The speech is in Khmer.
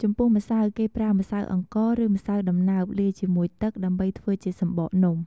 ចំពោះម្សៅ គេប្រើម្សៅអង្ករ ឬម្សៅដំណើបលាយជាមួយទឹក ដើម្បីធ្វើជាសំបកនំ។